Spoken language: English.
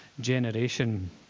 generation